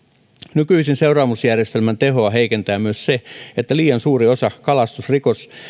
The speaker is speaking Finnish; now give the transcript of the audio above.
nykyisen seuraamusjärjestelmän tehoa heikentää myös se että liian suuri osa kalastusrikos